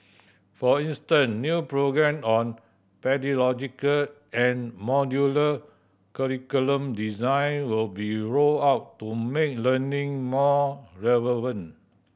for instance new programme on pedagogical and modular curriculum design will be rolled out to make learning more relevant